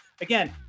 Again